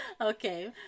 Okay